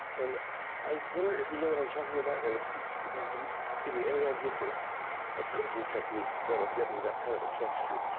and i wonder if you know what i'm talking about, and if you can give me any idea for a cooking technique that will get me that kind of a texture.